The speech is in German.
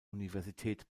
universität